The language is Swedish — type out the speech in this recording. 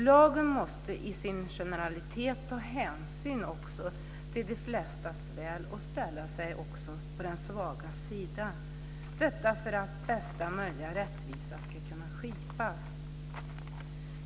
Lagen måste också generellt ta hänsyn till de flestas väl och ställa sig också på den svages sida, för att största möjliga rättvisa ska kunna skipas.